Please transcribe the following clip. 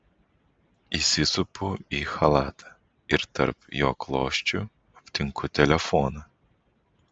įsisupu į chalatą ir tarp jo klosčių aptinku telefoną